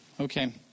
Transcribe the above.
Okay